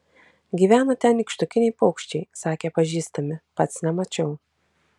gyvena ten nykštukiniai paukščiai sakė pažįstami pats nemačiau